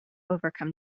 overcome